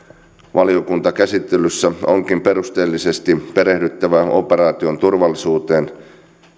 valiokuntakäsittelyssä onkin perusteellisesti perehdyttävä operaation turvallisuuteen